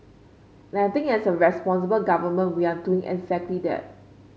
and I think as a responsible government we're doing exactly that